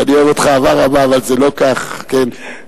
שאני אוהב אותך אהבה רבה, אבל זה לא כך, תודה.